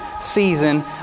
season